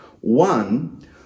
One